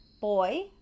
boy